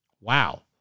Wow